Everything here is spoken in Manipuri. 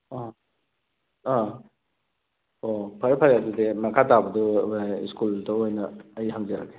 ꯑꯥ ꯑꯥ ꯑꯣ ꯐꯔꯦ ꯐꯔꯦ ꯑꯗꯨꯗꯤ ꯃꯈꯥ ꯇꯥꯕꯗꯣ ꯁ꯭ꯀꯨꯜꯗ ꯑꯣꯏꯅ ꯑꯩ ꯍꯪꯖꯔꯒꯦ